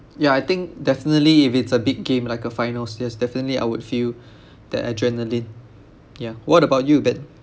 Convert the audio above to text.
yeah I think definitely if it's a big game like a finals yes definitely I would feel that adrenaline yeah what about you ben